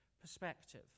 perspective